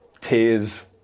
Tears